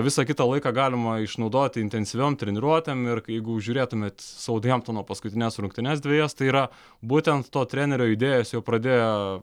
visą kitą laiką galima išnaudoti intensyviom treniruotėm ir kai jeigu žiūrėtumėt saut hemptono paskutines rungtynes dvejas tai yra būtent to trenerio idėjas jau pradėjo